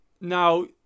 Now